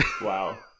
Wow